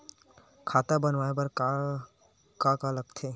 खाता बनवाय बर का का लगथे?